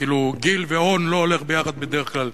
כאילו גיל ואון לא הולך ביחד בדרך כלל.